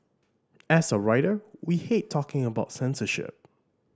as a writer we hate talking about censorship